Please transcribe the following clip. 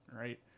right